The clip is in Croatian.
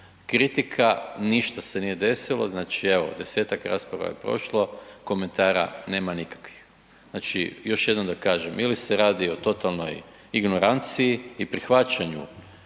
kritika, ništa se nije desilo, znači evo desetak rasprava je prošlo, komentara nema nikakvih. Znači još jednom da kažem, ili se radi o totalnoj ignoranciji i prihvaćanju